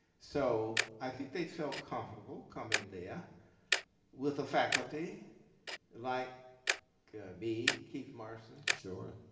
so i think they felt comfortable coming there with the faculty like me, keith morrison. sure.